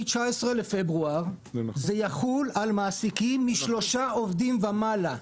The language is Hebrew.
מ-19.2 זה יחול על מעסיקים משלושה עובדים ומעלה.